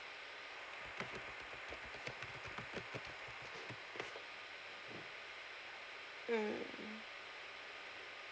mm